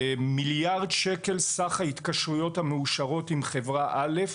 מיליארד שקל סך ההתקשרויות המאושרות עם חברה א'.